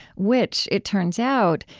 which, it turns out,